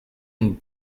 and